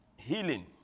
healing